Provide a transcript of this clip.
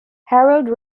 harold